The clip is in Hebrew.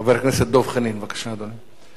חבר הכנסת דב חנין, בבקשה, אדוני.